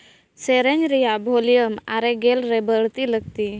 ᱥᱮᱨᱮᱧ ᱨᱮᱭᱟᱜ ᱵᱷᱚᱞᱤᱭᱟᱢ ᱟᱨᱮ ᱜᱮᱞ ᱨᱮ ᱵᱟᱹᱲᱛᱤ ᱞᱟᱹᱠᱛᱤ